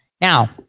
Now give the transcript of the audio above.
Now